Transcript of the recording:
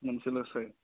मोनसेल'सै